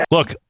Look